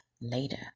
later